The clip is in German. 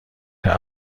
der